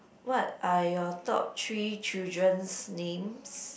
what are your top three children's names